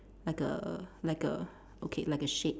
like a like a okay like a shade